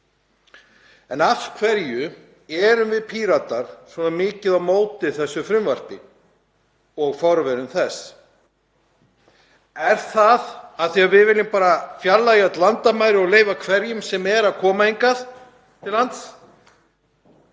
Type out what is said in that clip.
Af hverju erum við Píratar svona mikið á móti þessu frumvarpi og forverum þess? Er það af því að við viljum bara fjarlægja öll landamæri og leyfa hverjum sem er að koma hingað til lands?